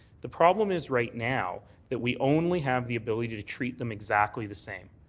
the problem is right now that we only have the ability to treat them exactly the same.